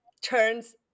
turns